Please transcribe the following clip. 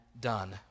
done